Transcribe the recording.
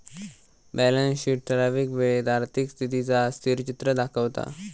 balance sheet ठरावीक वेळेत आर्थिक स्थितीचा स्थिरचित्र दाखवता